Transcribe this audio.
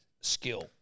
skill